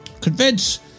convince